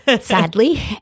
sadly